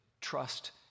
trust